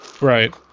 Right